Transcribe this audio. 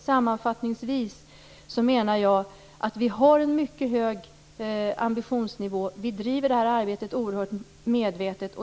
Sammanfattningsvis menar jag att vi har en mycket hög ambitionsnivå. Vi driver det här arbetet oerhört medvetet.